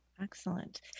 Excellent